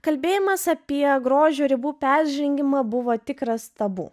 kalbėjimas apie grožio ribų peržengimą buvo tikras tabu